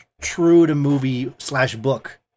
true-to-movie-slash-book